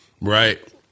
right